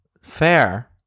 Fair